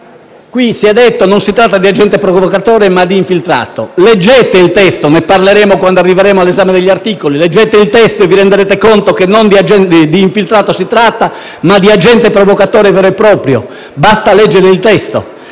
Qui si è detto che non si tratta di agente provocatore, ma di infiltrato. Leggete il testo - ne parleremo quando arriveremo all'esame degli articoli - e vi renderete conto che non di infiltrato si tratta, ma di agente provocatore vero e proprio. Ripeto, basta leggere il testo: